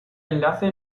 enlace